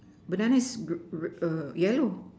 banana is ~ yellow